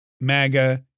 Maga